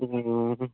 ह्म्म ह्म्म